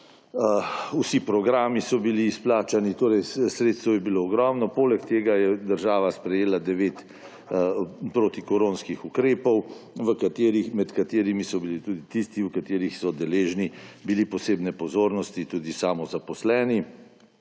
vsi programi so bili izplačani, torej sredstev je bilo ogromno. Poleg tega je država sprejela 9 protikoronskih ukrepov, med katerimi so bili tudi tisti, v katerih so deležni bili posebne pozornosti tudi samozaposleni.